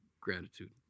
gratitude